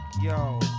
yo